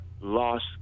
lost